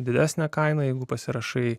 didesne kaina jeigu pasirašai